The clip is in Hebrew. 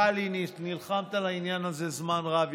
טלי, נלחמת על העניין הזה זמן רב.